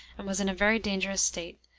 and was in a very dangerous state,